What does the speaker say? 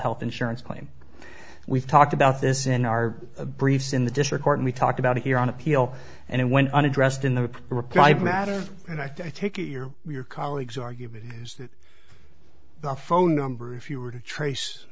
health insurance claim we've talked about this in our briefs in the district court and we talked about it here on appeal and it went unaddressed in the reply by matter and i take it your your colleague's argument is that the phone number if you were to trace